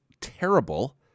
terrible